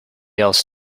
else